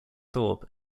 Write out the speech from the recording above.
thorpe